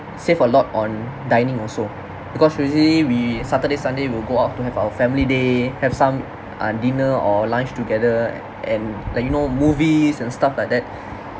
save a lot on dining also because usually we saturday sunday we'll go out to have our family day have some um dinner or lunch together and like you know movies and stuff like that